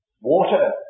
Water